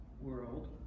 world